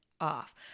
off